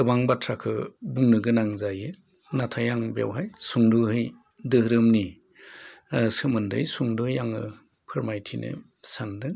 गोबां बाथ्राखो बुंनो गोनां जायो नाथाय आं बेवहाय सुंद'यै धोरोमनि सोमोन्दै सुंद'यै आङो फोरमायथिनो सान्दों